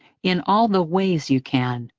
in all the ways you can,